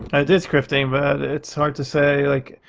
it is scripting but it's hard to say like.